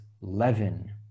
leaven